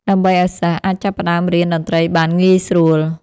ដើម្បីឲ្យសិស្សអាចចាប់ផ្តើមរៀនតន្ត្រីបានងាយស្រួល។